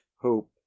hope